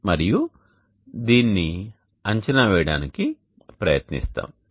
మరియు దీనిని అంచనా వేయడానికి ప్రయత్నిస్తాము